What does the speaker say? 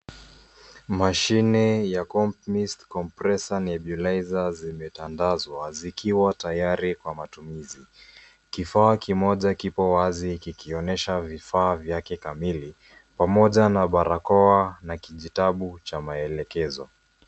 Mashine ya Comp Mist Compressor Nebulizers zimetandazwa zikiwa tayari kwa matumizi. Kifaa kimoja kipo wazi kikionyesha kifaa vyake kamili pamoja na barakoa na kijitabu cha maelekezo.